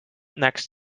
next